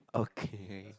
okay